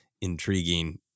intriguing